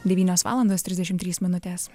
devynios valandos trisdešim trys minutės